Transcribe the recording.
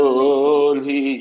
holy